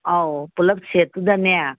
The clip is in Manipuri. ꯑꯧ ꯄꯨꯂꯞ ꯁꯦꯠꯇꯨꯗꯅꯦ